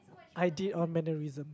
I did a mannerism